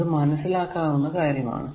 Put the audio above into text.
അത് മനസ്സിലാക്കാനാകുന്ന കാര്യമാണ്